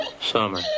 Summer